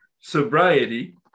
sobriety